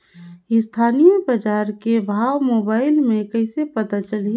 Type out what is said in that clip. स्थानीय बजार के भाव मोबाइल मे कइसे पता चलही?